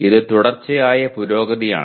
അത് തുടർച്ചയായ പുരോഗതിയാണ്